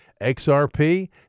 XRP